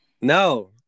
No